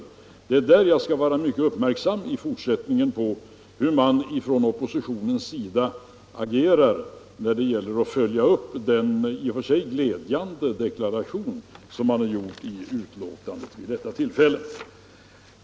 Jag kommer i fortsättningen att vara mycket uppmärksam på hur oppositionen agerar när det gäller att följa upp den i och för sig glädjande deklaration som man gjort i betänkandet vid detta tillfälle.